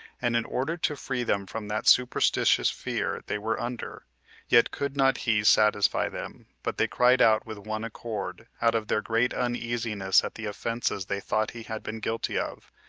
and in order to free them from that superstitious fear they were under yet could not he satisfy them, but they cried out with one accord, out of their great uneasiness at the offenses they thought he had been guilty of,